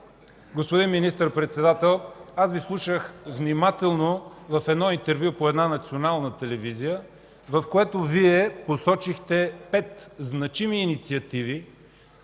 господин Министър-председател, аз Ви слушах внимателно в интервю по една национална телевизия, в което посочихте пет значими инициативи